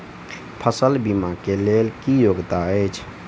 फसल बीमा केँ लेल की योग्यता अछि?